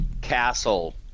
Castle